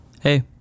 hey